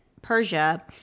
Persia